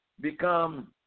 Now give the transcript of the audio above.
become